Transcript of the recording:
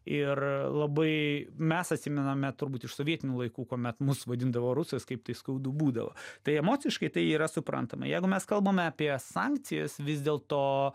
ir labai mes atsimename turbūt iš sovietinių laikų kuomet mus vadindavo rusas kaip tai skaudu būdavo tai emociškai tai yra suprantama jeigu mes kalbame apie sankcijas vis dėlto